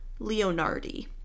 Leonardi